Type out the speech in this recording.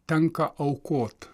tenka aukot